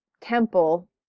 temple